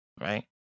right